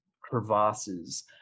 crevasses